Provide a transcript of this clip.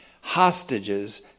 hostages